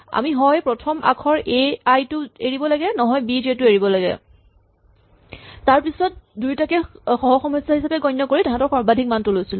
আমি হয় প্ৰথম আখৰ এ আই টো এৰিব লাগে নহয় বি জে টো এৰিব লাগে তাৰপিছত দুয়োটাকে সহ সমস্যা হিচাপে গণ্য কৰি তাহাঁতৰ সৰ্বাধিক মানটো লওঁ